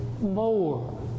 more